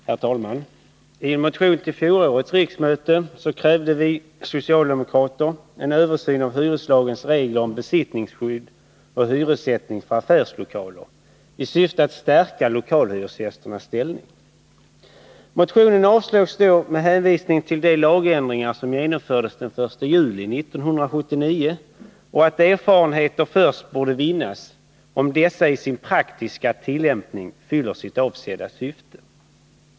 Herr talman! I en motion till fjolårets riksmöte krävde några socialdemokrater en översyn av hyreslagens regler om besittningsskydd och hyressättning för affärslokaler i syfte att stärka lokalhyresgästernas ställning. Motionen avslogs då med hänvisning till de lagändringar som genomfördes den 1 juli 1979 och att erfarenheter först borde vinnas om dessa i praktisk tillämpning fyller sitt avsedda syfte.